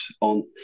on